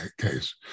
case